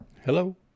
Hello